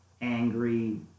angry